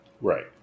Right